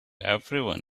everyone